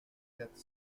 quatre